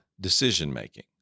decision-making